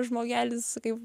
žmogelis kaip